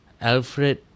alfred